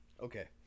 Okay